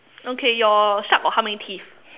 okay your shark got how many teeth